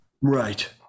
right